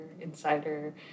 insider